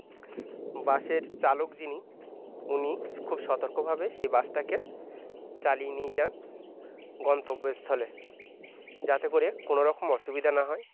বাসের চালক যিনি উনি খুব সতর্কভাবে সেই বাসটাকে চালিয়ে নিয়ে যান গন্তব্য স্থলে যাতে করে কোনোরকম অসুবিধা না হয়